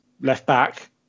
left-back